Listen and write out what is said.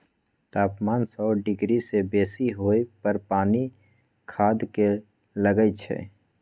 तापमान सौ डिग्री से बेशी होय पर पानी खदके लगइ छै